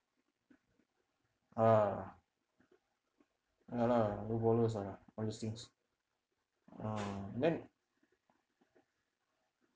ah ya lah low ballers lah all these things ah then